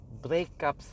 breakups